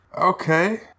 Okay